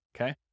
okay